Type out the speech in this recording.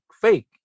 fake